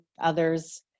others